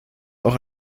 auch